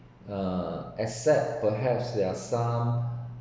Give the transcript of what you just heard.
uh except perhaps there are some